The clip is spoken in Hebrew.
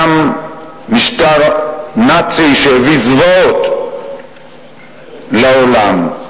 קם משטר נאצי שהביא זוועות לעולם.